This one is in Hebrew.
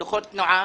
דוחות תנועה,